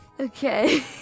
Okay